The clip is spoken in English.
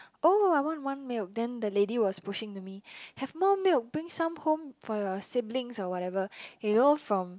oh I want one milk then the lady was pushing to me have more milk bring some home for your siblings or whatever you know from